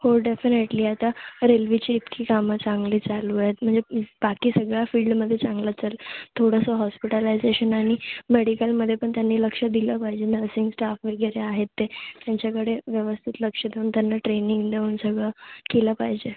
हो डेफिनेटली आता रेल्वेची इतकी कामं चांगली चालू आहेत म्हणजे बाकी सगळ्या फील्डमध्ये चांगलं तर थोडसं हॉस्पिटलायझेशन आणि मेडिकलमध्ये पण त्यांनी लक्ष दिलं पाहिजे नर्सिंग स्टाफ वगैरे आहेत ते त्यांच्याकडे व्यवस्थित लक्ष देऊन त्यांना ट्रेनिंग देऊन सगळं केलं पाहिजे